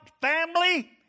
family